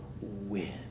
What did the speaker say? win